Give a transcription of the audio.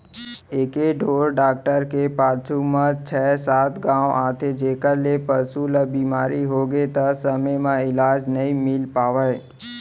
एके ढोर डॉक्टर के पाछू म छै सात गॉंव आथे जेकर ले पसु ल बेमारी होगे त समे म इलाज नइ मिल पावय